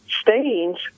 stains